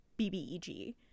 bbeg